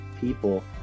people